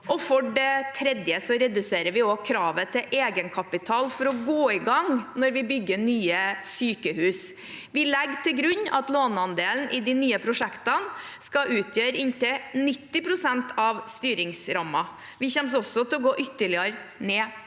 For det tredje reduserer vi også kravet til egenkapital for å gå i gang når vi bygger nye sykehus. Vi legger til grunn at låneandelen i de nye prosjektene skal utgjøre inntil 90 pst. av styringsrammen. Vi kommer også til å gå ytterligere ned